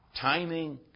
timing